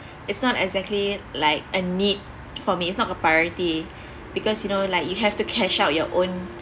it's not exactly like a need for me it's not the priority because you know like you have to cash out your own